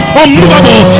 unmovable